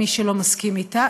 מי שלא מסכים אתה,